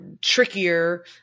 trickier